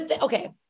okay